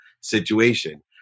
situation